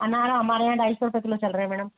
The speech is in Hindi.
अनार हमारे यहाँ ढाई सौ रुपए किलो चल रहे मेडम